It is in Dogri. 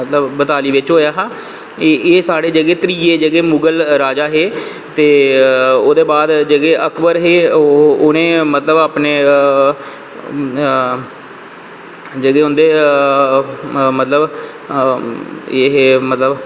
मतलव बतली बिच्च होया हा एह् जेह्के साढ़े जेह्के त्रिये मुगल राजा हे ते जेह्के अकबर हे उनें मतलव जेह्के उंदे एह् हे मतलव